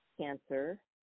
cancer